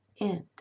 end